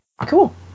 Cool